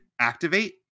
activate